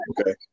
Okay